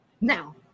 now